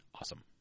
awesome